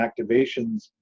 activations